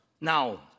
now